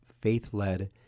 faith-led